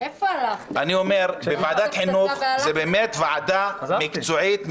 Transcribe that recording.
אני אומר שוועדת חינוך היא באמת ועדה מקצועית,